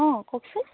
অঁ কওকচোন